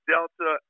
Delta